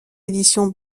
éditions